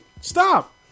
stop